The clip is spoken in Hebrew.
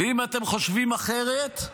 ואם אתם חושבים אחרת,